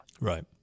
Right